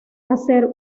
hacer